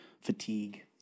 fatigue